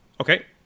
Okay